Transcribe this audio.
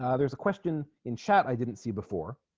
ah there's a question in chat i didn't see before